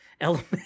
element